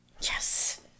Yes